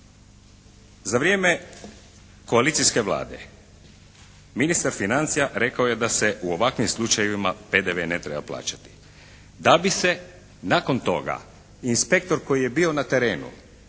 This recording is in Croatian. Za vrijeme koalicijske Vlade ministar financija rekao je da se u ovakvim slučajevima PDV ne treba plaćati. Da bi se nakon toga inspektor koji je bio na terenu